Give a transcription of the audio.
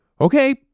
okay